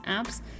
apps